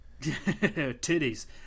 titties